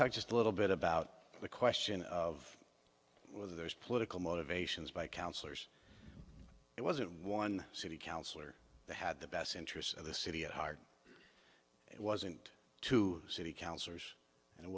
talk just a little bit about the question of whether there's political motivations by councillors it wasn't one city council or they had the best interests of the city at heart it wasn't two city councillors and